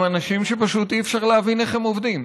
הם אנשים שפשוט אי-אפשר להבין איך הם עובדים.